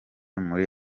muri